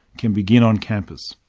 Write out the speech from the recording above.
can begin on campus.